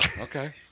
Okay